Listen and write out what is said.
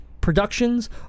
productions